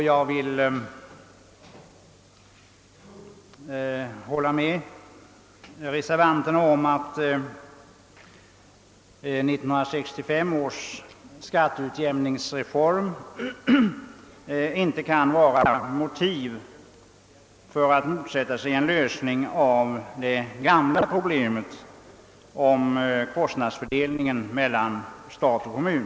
Jag håller med reservanterna om att 1965 års skatteutjämningsreform inte kan vara ett motiv för att motsätta sig en lösning av det gamla problemet om kostnadsfördelningen mellan stat och kommun.